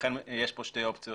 ולכן יש כאן שתי אופציות